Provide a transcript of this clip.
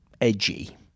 edgy